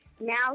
Now